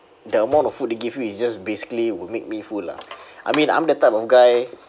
the amount of food they give you is just basically would make me full lah I mean I'm the type of guy